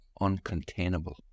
uncontainable